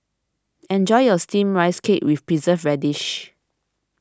enjoy your Steamed Rice Cake with Preserved Radish